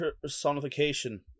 personification